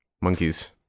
Monkeys